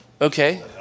Okay